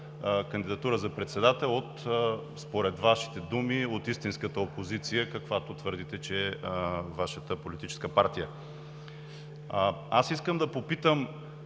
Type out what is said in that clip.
кандидатура за председател, според Вашите думите, от истинската опозиция, каквато твърдите, че е Вашата политическа партия. Аз искам да попитам: